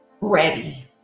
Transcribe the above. ready